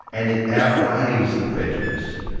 and it outweighs the prejudice.